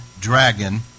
dragon